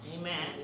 Amen